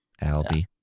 Albie